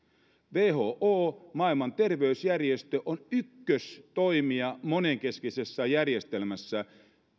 who maailman terveysjärjestö on ykköstoimija monenkeskisessä järjestelmässä